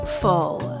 full